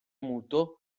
muto